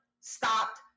stopped